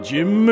Jim